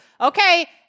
Okay